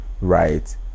right